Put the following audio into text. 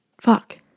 Fuck